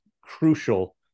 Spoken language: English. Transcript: crucial